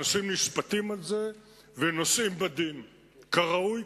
ואנשים נשפטים על זה ונושאים בדין כראוי,